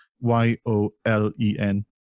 y-o-l-e-n